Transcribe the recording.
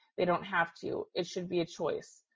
they don't have to, it should be a choice.